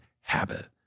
habit